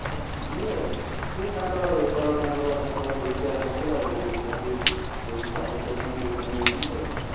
ନା ସିଏ ସିଏ ତାଙ୍କର ବେପାର ତାଙ୍କର ତାଙ୍କର ଯେମିତି ଆଗରୁ ଥିଲା ଏବେ ଟିକେ ଉନ୍ନତି ହେଇଛି ଯେମିତି ସମସ୍ତେ ଅଛନ୍ତି ସିଏ ସେମିତି ଅଛନ୍ତି ଆଉ କ'ଣ